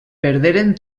perderen